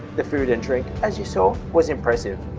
the food and drink, as you saw, was impressive.